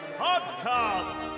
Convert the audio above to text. podcast